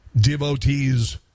devotees